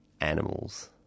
animals